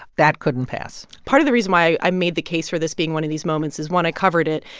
that couldn't pass part of the reason why i made the case for this being one of these moments is, one, i covered it.